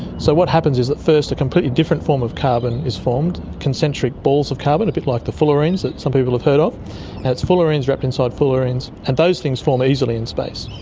so what happens is that first a completely different form of carbon is formed, concentric balls of carbon, a bit like the fullerenes that some people have heard of, and it's fullerenes wrapped inside fullerenes, and those things form easily in space.